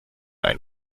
ein